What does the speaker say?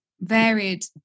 varied